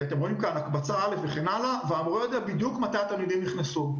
אתם רואים כאן הקבצה א' וכן הלאה המורה יודע בדיוק מתי התלמידים נכנסו.